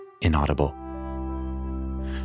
inaudible